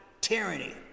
tyranny